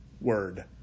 word